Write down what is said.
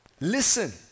Listen